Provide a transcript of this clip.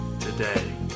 today